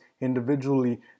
individually